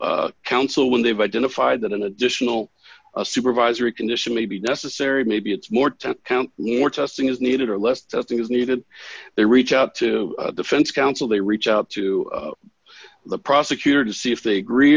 to counsel when they've identified that an additional a supervisory condition may be necessary maybe it's more to count more testing is needed or less testing is needed they reach out to defense counsel they reach out to the prosecutor to see if they agree